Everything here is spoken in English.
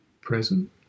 present